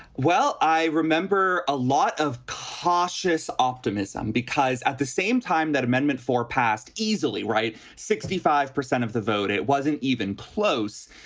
well, i remember a lot of cautious optimism because at the same time that amendment four passed easily. right. sixty five percent of the vote, it wasn't even close.